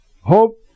Hope